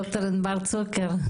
ד"ר ענבל צוקר,